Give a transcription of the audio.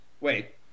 Wait